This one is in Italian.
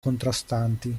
contrastanti